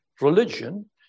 religion